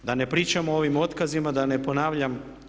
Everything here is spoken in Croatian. Da ne pričam o ovim otkazima, da ne ponavljam.